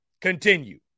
continue